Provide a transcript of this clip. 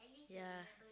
ya